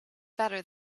better